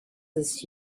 this